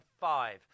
five